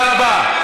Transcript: תודה רבה.